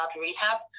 rehab